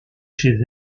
chez